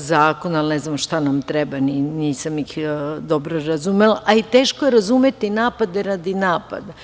zakon, ali ne znam šta nam treba, nisam ih dobro razumela, a i teško je razumeti napade radi napada.